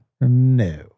No